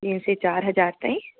ॿीं सी चारि हज़ार ताईं